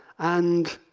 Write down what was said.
and